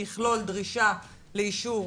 שיכלול דרישה לאישור